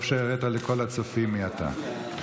טוב שהראית לכל הצופים מי אתה,